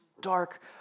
dark